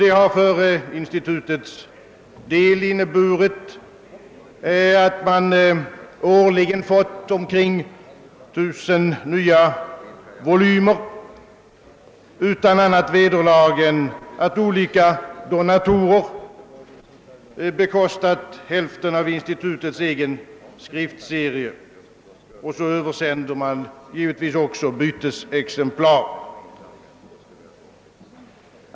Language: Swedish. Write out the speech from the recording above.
Detta har för institutets del inneburit, att man årligen fått omkring ett tusen nya volymer utan annat vederlag än att olika donatorer bekostat hälften av institutets egen skriftserie och att man översänt bytesexemplar.